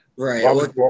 Right